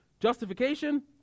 justification